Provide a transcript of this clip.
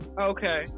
Okay